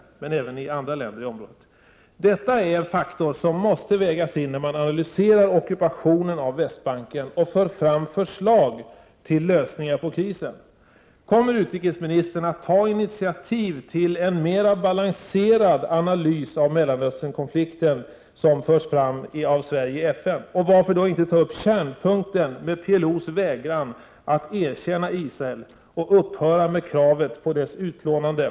Detsamma gäller dock även andra länder i området. Detta är en faktor som måste vägas in när man analyserar ockupationerna av Västbanken och för fram förslag till lösningar på krisen. Kommer utrikesministern att ta initiativ till att en mera balanserad analys av Mellanösternkonflikten förs fram av Sverige i FN — och varför inte då ta upp kärnpunkten, PLO:s vägran att erkänna Israel och att upphöra med kravet på dess utplånande?